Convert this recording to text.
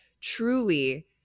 truly